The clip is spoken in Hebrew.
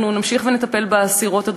אנחנו נמשיך ונטפל באסירות,